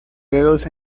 dedos